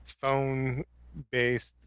phone-based